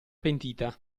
pentita